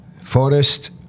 Forest